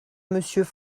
monsieur